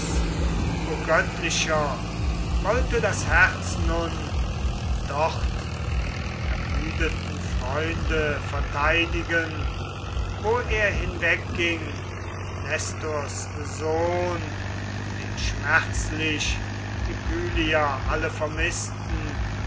o göttlicher wollte das herz nun dort die ermüdeten freunde verteidigen wo er hinwegging nestors sohn den schmerzlich die pylier alle vermißten